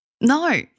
No